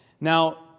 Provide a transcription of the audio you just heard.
Now